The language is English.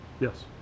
Yes